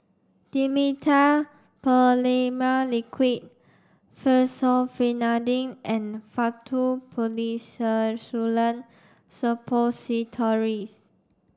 Dimetapp Phenylephrine Liquid Fexofenadine and Faktu Policresulen Suppositories